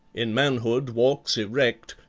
in manhood walks erect,